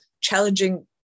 challenging